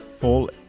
Paul